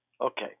Okay